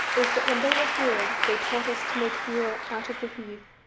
is that when they were here they taught us to make beer out of the heath,